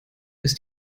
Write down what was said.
ist